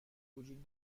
وجود